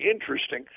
interesting